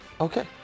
Okay